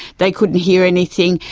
they couldn't hear anything,